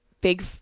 big